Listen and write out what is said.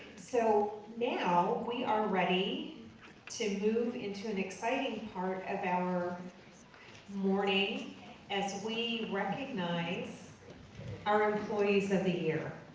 so now, we are ready to move into an exciting part of our morning as we recognize our employees of the year.